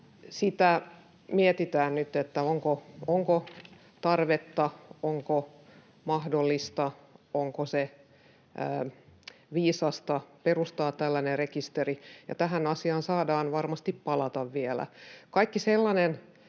nyt mietitään, onko tarvetta, onko mahdollista, onko viisasta perustaa tällainen rekisteri, ja tähän asiaan saadaan varmasti palata vielä. Kaikki sellainen